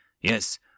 Yes